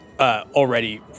Already